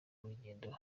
urugendo